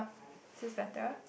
is this better